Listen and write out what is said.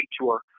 tour